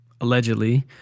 allegedly –